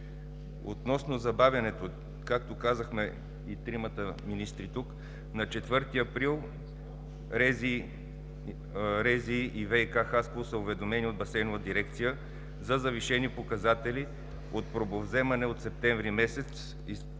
Относно забавянето, както казахме и тримата министри тук, на 4 април РЗИ и ВиК – Хасково, са уведомени от Басейнова дирекция за завишени показатели от пробовземане от септември месец и доказани